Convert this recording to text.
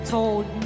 Told